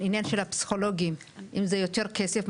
לעניין הפסיכולוגים אם זה יותר כסף,